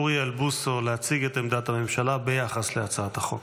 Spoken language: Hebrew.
אוריאל בוסו להציג את עמדת הממשלה ביחס להצעות החוק.